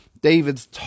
David's